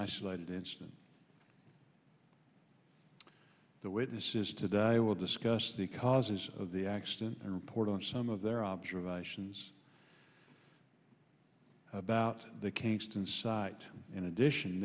isolated incident the witnesses today will discuss the causes of the accident and report on some of their observations about the kingston site in addition